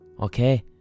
Okay